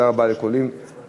זו